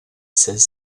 celles